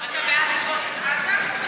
אתה בעד לכבוש את עזה, אדוני השר?